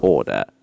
Order